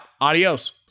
Adios